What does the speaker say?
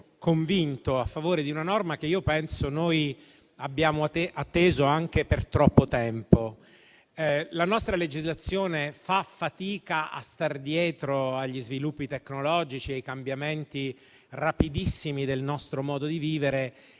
convinto a favore di una norma che penso abbiamo atteso anche per troppo tempo. La nostra legislazione fa fatica a star dietro agli sviluppi tecnologici e ai cambiamenti rapidissimi del nostro modo di vivere